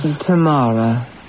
Tomorrow